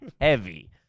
Heavy